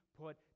put